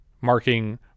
marking